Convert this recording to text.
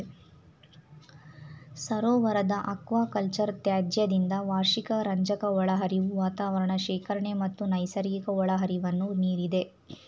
ಸರೋವರದ ಅಕ್ವಾಕಲ್ಚರ್ ತ್ಯಾಜ್ಯದಿಂದ ವಾರ್ಷಿಕ ರಂಜಕ ಒಳಹರಿವು ವಾತಾವರಣ ಶೇಖರಣೆ ಮತ್ತು ನೈಸರ್ಗಿಕ ಒಳಹರಿವನ್ನು ಮೀರಿದೆ